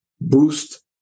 boost